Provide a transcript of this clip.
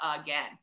again